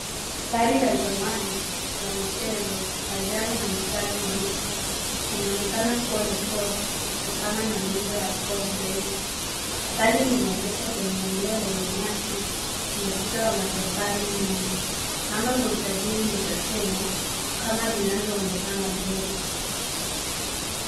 Gari la zamani la michezo la njano na mistari mieusi inaonekana kuwa ni Ford kutokana na nembo ya Ford mbele. Gari limeegeshwa kwenye eneo lenye nyasi na ukuta wa matofali nyuma. Namba za usajili ni za Kenya kama zinazoonekana mbele.